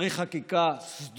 צריך חקיקה סדורה,